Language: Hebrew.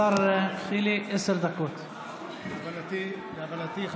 ועדת השרים לחקיקה החליטה להמליץ לכנסת,